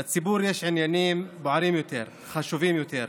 לציבור יש עניינים בוערים יותר, חשובים יותר: